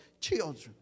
children